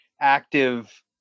active